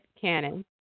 cannon